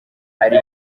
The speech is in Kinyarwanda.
ari